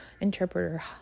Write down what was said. interpreter